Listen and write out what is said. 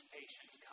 patience